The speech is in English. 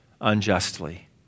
unjustly